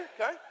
okay